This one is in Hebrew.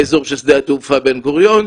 באזור של שדה התעופה בן גוריון.